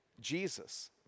Jesus